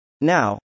Now